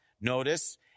notice